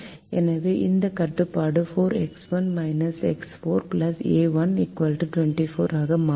எனவே இந்த கட்டுப்பாடு 4X1 X4 a1 24 ஆக மாறியது